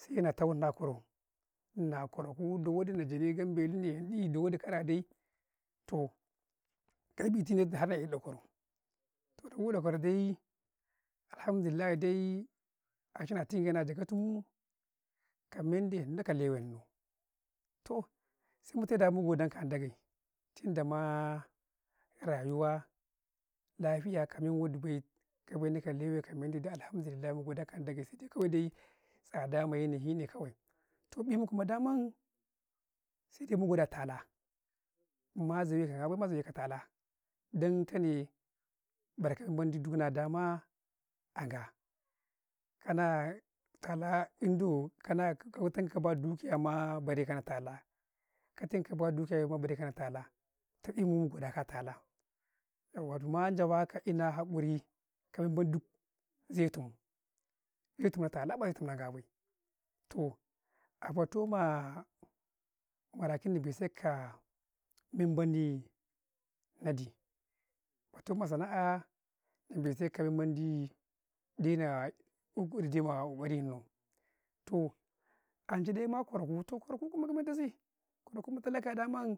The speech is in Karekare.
﻿sai na tau Nnau a kwarau, na kwaraku, da wadi na janii gam belu nayin ɗi, da wadi kara dai toh, ka biti har na'u ɗakwaraw, toh ɗafu ɗakwarau dai, alhamdulillahi dai, an cai na tungye Nnau a jaga tum ka men day Nnau ka leway Nnau, toh sai mun da mu godan ka Ndage, tun da maa rayuwa, lafiya ka me wadi bay, ka men dai ka lewe ka mu duk alhamdulliahi duk mun godan ka Ndage, sai dai kawai dai tsada ma yanayi ne kawai, toh men mii kuma daman sai dai mun godanka waa tala, ma zawe kam gabay, ma zaway ka tala, dan ka ne, bar kanau duk mendi duk na dama an gaa, kana tala, in doo kana kawatan kaba dukiya maa, bareka na tala, katan ka ba dukiya bay ma, bare ka na tala, toh i'men ma goda ka a tala yauwa du maa jawaka inaa hakuri, ka men men giɗ zeetum, yetu ma tala bay, yetu ma gabay, toh a fatoo maa rakin'nau gis sai kaa, men bendi wadi batum ma sana'ah, Ndube takaa men men di dinaa, guggur dinaa wadi Nnau ,toh ancai ma kwaraku, toh kwaraku kuma ka men tasi kwaraku ma talaka daman